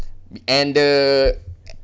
and the